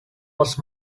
was